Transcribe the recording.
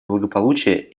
благополучия